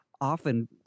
often